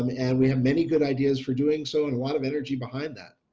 um and we have many good ideas for doing so and a lot of energy behind that.